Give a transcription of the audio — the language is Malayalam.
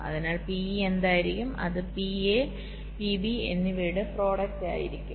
അതിനാൽ PE എന്തായിരിക്കും അത് PA PB എന്നിവയുടെ പ്രോഡക്റ്റ് ആയിരിക്കും